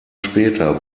später